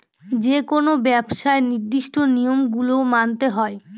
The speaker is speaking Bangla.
যেকোনো ব্যবসায় নির্দিষ্ট নিয়ম গুলো মানতে হয়